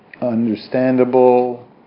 Understandable